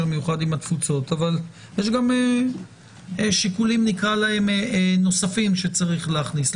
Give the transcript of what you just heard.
רחב עם התפוצות אבל יש גם שיקולים נוספים שיש להכניס,